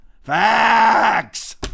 facts